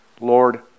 Lord